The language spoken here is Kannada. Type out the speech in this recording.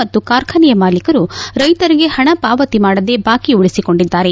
ಮತ್ತು ಕಾರ್ಖನೆಯ ಮಾಲೀಕರು ರೈತರಿಗೆ ಹಣ ಪಾವತಿ ಮಾಡದೆ ಬಾಕಿ ಉಳಿಸಿಕೊಂಡಿದ್ದಾರೆ